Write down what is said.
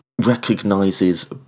recognizes